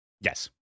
Yes